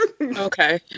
okay